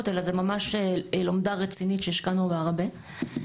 אלא זו ממש לומדה רצינית שהשקענו בה הרבה.